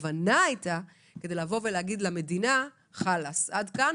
הכוונה הייתה לבוא ולומר למדינה: עד כאן,